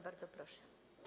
Bardzo proszę.